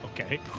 Okay